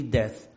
death